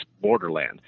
borderland